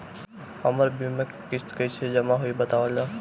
हमर बीमा के किस्त कइसे जमा होई बतावल जाओ?